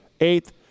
eighth